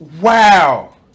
wow